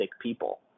people